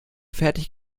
fertig